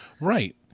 Right